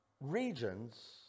regions